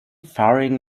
faring